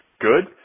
good